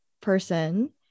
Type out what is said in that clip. person